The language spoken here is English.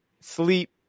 sleep